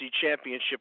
Championship